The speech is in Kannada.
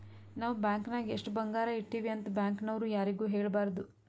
ನಾವ್ ಬ್ಯಾಂಕ್ ನಾಗ್ ಎಷ್ಟ ಬಂಗಾರ ಇಟ್ಟಿವಿ ಅಂತ್ ಬ್ಯಾಂಕ್ ನವ್ರು ಯಾರಿಗೂ ಹೇಳಬಾರ್ದು